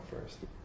first